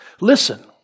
Listen